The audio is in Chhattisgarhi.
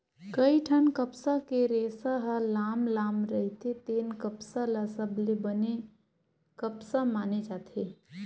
कइठन कपसा के रेसा ह लाम लाम रहिथे तेन कपसा ल सबले बने कपसा माने जाथे